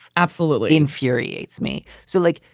absolutely. infuriates me. so, like,